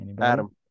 Adam